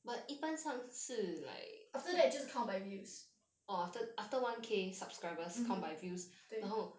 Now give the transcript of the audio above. after that 就是 count by views mm 对